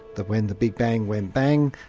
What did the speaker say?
that when the big bang went bang,